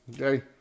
Okay